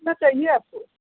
कितना चाहिये आपको